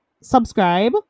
subscribe